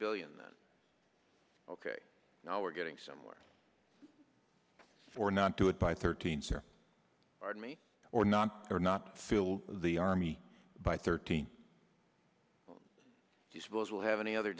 billion ok now we're getting somewhere for not do it by thirteen so pardon me or not or not fill the army by thirteen do you suppose we'll have any other